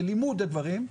בלימוד הדברים.